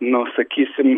nu sakysim